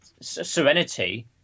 serenity